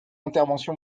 intervention